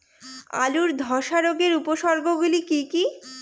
আলুর ধ্বসা রোগের উপসর্গগুলি কি কি?